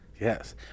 Yes